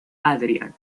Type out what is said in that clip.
adrian